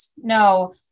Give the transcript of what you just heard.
No